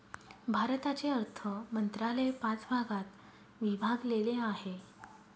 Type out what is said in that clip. भारताचे अर्थ मंत्रालय पाच भागात विभागलेले आहे